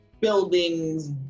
buildings